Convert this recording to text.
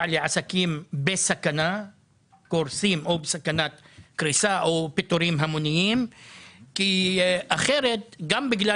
לעסקים בסכנת קריסה או פיטורים המוניים כי אחרת גם בגלל